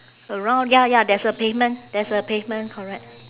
around ya ya there's a pavement there's a pavement correct